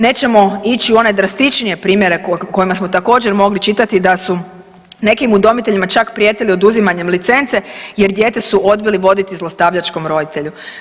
Nećemo ići u one drastičnije primjere kojima smo također, mogli čitati, da su nekim udomiteljima čak prijetili oduzimanjem licence jer dijete su odbili voditi zlostavljačkom roditelju.